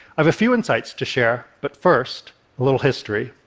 i have a few insights to share, but first a little history.